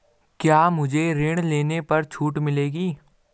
क्या मुझे ऋण लेने पर छूट मिलेगी?